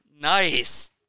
Nice